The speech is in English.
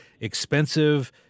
expensive